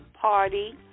party